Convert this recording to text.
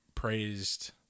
praised